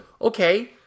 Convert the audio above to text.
Okay